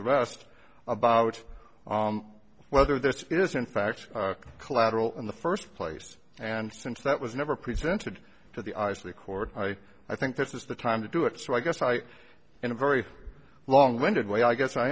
rest about whether this is in fact collateral in the first place and since that was never presented to the eyes of the court i i think this is the time to do it so i guess i in a very long winded way i guess i